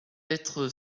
être